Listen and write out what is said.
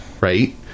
Right